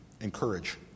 encourage